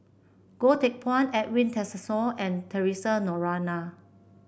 Goh Teck Phuan Edwin Tessensohn and Theresa Noronha